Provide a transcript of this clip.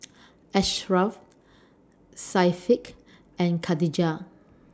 Asharaff Syafiqah and Khatijah